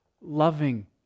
loving